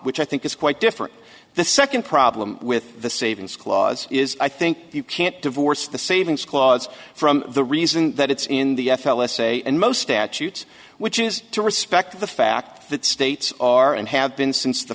which i think is quite different the second problem with the savings clause is i think you can't divorce the savings clause from the reason that it's in the f l s a and most statutes which is to respect the fact that states are and have been since the